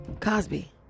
Cosby